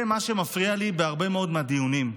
זה מה שמפריע לי בהרבה מהדיונים,